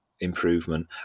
improvement